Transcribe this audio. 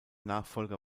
nachfolger